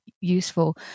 useful